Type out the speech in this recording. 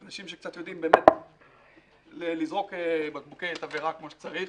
אנשים שקצת יודעים באמת לזרוק בקבוקי תבערה כמו שצריך.